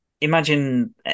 imagine